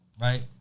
right